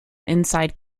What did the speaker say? inside